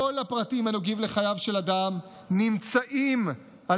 כל הפרטים הנוגעים לחייו של אדם נמצאים על